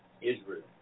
Israel